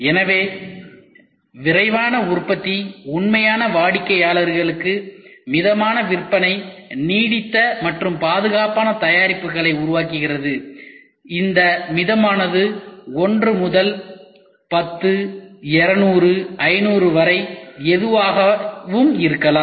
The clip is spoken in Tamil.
எனவே விரைவு உற்பத்தி உண்மையான வாடிக்கையாளர்களுக்கு மிதமான விற்பனைக்கு நீடித்த மற்றும் பாதுகாப்பான தயாரிப்புகளை உருவாக்குகிறது இந்த மிதமானது 1 முதல் 10 200 500 வரை எதுவாகவும் இருக்கலாம்